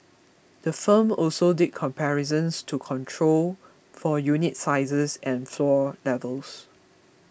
the firm also did comparisons to control for unit sizes and floor levels